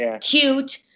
cute